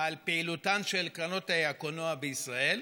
על פעילותן של קרנות הקולנוע בישראל,